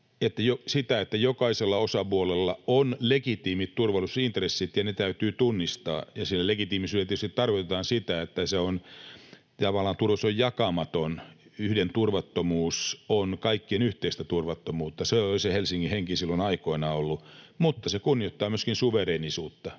sitä, että jokaisella osapuolella on legitiimit turvallisuusintressit ja ne täytyy tunnistaa. Ja sillä legitiimisyydellä tietysti tarkoitetaan sitä, että tavallaan turvallisuus on jakamaton: yhden turvattomuus on kaikkien yhteistä turvattomuutta. Sitä on se Helsingin henki silloin aikoinaan ollut. Mutta se kunnioittaa myöskin suvereenisuutta,